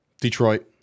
Detroit